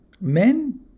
men